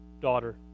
daughter